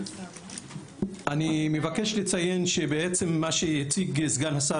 אני מבקש לציין שבעצם מה שהציג סגן השר